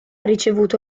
ricevuto